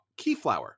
Keyflower